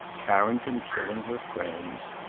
carrington killing her friends!